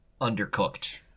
undercooked